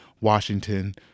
Washington